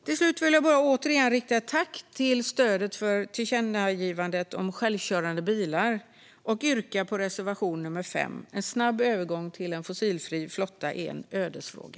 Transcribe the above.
Till sist jag återigen rikta ett tack till stödet för tillkännagivandet om självkörande bilar och yrka bifall till reservation nr 5. En snabb övergång till en fossilfri flotta är en ödesfråga.